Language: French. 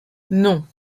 non